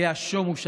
היה שומו שמיים.